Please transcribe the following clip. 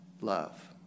Love